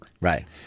Right